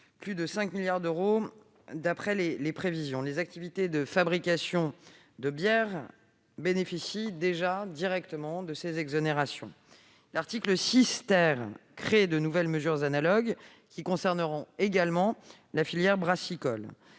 plus de 5 milliards d'euros, d'après les prévisions. Les activités de fabrication de bière bénéficient déjà directement de ces exonérations. L'article 6 crée de nouvelles mesures analogues qui concerneront également la filière brassicole.